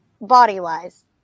Body-wise